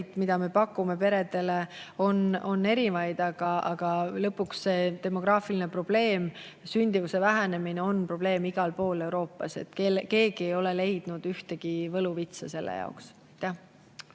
mida me pakume peredele, on erinevaid. Aga lõpuks see demograafiline probleem, sündimuse vähenemine on probleem igal pool Euroopas. Keegi ei ole leidnud ühtegi võluvitsa selle vastu.